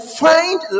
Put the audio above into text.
find